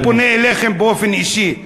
אני פונה אליכם באופן אישי.